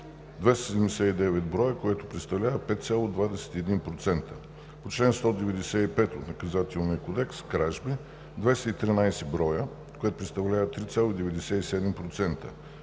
279 броя, което представлява 5,21%; по чл. 195 от Наказателния кодекс (кражби) – 213 броя, което представлява 3,97%;